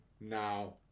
now